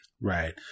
right